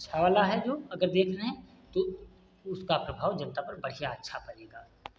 अच्छा वाला है जो अगर देख रहे हैं तो उसका प्रभाव जनता पर बढ़ियाँ अच्छा पड़ेगा